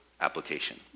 application